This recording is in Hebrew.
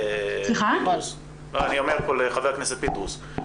ח"כ פינדרוס.